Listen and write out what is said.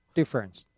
difference